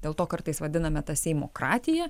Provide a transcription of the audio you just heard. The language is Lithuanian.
dėl to kartais vadiname tą seimokratija